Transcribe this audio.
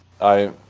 I-